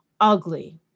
ugly